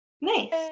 Nice